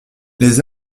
les